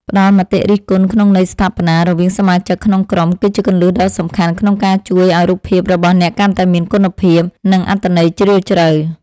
ផ្តល់មតិរិះគន់ក្នុងន័យស្ថាបនារវាងសមាជិកក្នុងក្រុមគឺជាគន្លឹះដ៏សំខាន់ក្នុងការជួយឱ្យរូបភាពរបស់អ្នកកាន់តែមានគុណភាព និង អត្ថន័យជ្រាលជ្រៅ។